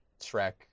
Shrek